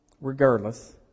Regardless